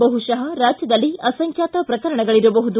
ಬಹುಶ ರಾಜ್ಯದಲ್ಲೇ ಅಸಂಖ್ಕಾತ ಪ್ರಕರಣಗಳಿರಬಹುದು